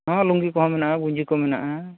ᱦᱚᱸ ᱞᱩᱝᱜᱤ ᱠᱚᱦᱚᱸ ᱢᱮᱱᱟᱜᱼᱟ ᱜᱩᱸᱡᱤ ᱠᱚ ᱢᱮᱱᱟᱜᱼᱟ